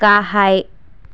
गाहाय